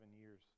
years